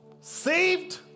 Saved